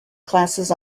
classes